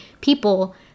people